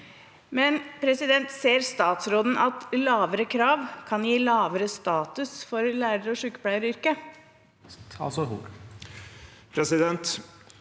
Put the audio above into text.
bekymringsfulle. Ser statsråden at lavere krav kan gi lavere status for lærer- og sykepleieryrket?